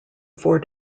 four